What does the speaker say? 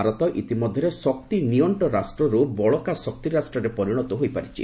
ଭାରତ ଇତିମଧ୍ୟରେ ଶକ୍ତି ନିଅଣ୍ଟ ରାଷ୍ଟ୍ରର ବଳକା ଶକ୍ତି ରାଷ୍ଟ୍ରରେ ପରିଣତ ହୋଇପାରିଛି